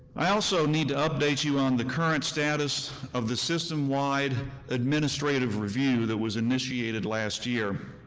i also need to update you on the current status of the system-wide administrative review that was initiated last year,